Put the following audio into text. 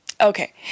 Okay